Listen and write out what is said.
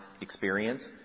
experience